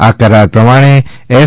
આ કરાર પ્રમાણે એસ